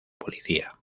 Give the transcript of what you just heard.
policía